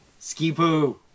Skipoo